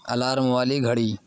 alarm والی گھڑی